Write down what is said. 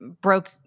broke